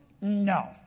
no